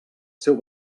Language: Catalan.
seu